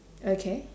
okay